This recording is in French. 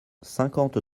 cinquante